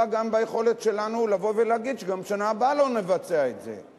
גם ביכולת שלנו לבוא ולהגיד שגם בשנה הבאה לא נבצע את זה,